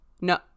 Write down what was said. no